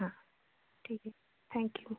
हां ठीक आहे थॅंक्यू